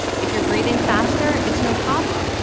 if you're breathing faster, it's no problem.